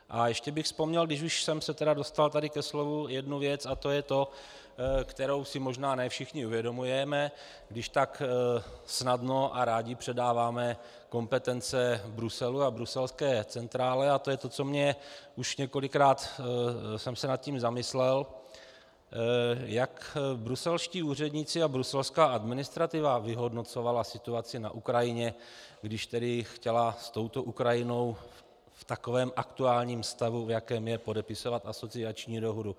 A ještě bych vzpomněl, když už jsem se tedy dostal tady ke slovu, jednu věc, a to je ta, kterou si možná ne všichni uvědomujeme, když tak snadno a rádi předáváme kompetence Bruselu a bruselské centrále, a to je to, nad čím jsem se už několikrát zamyslel, jak bruselští úředníci a bruselská administrativa vyhodnocovali situaci na Ukrajině, když tedy chtěli s touto Ukrajinou v takovém aktuálním stavu, v jakém je, podepisovat asociační dohodu.